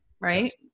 right